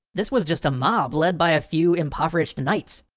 this was just a mob led by a few impoverished knights.